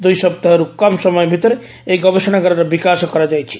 ଦୂଇ ସପ୍ତାହର୍ କମ୍ ସମୟ ଭିତରେ ଏହି ଗବେଷଣାଗାରର ବିକାଶ କରାଯାଇଛି